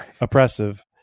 oppressive